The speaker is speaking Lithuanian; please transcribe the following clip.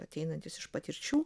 ateinantis iš patirčių